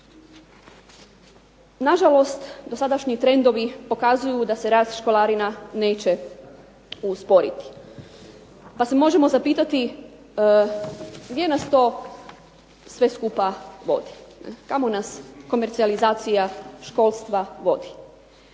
Na žalost, dosadašnji trendovi pokazuju da se rad školarina neće usporiti, pa se možemo zapitati gdje nas to sve skupa vodi, kamo nas komercijalizacija školstva vodi.